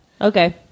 Okay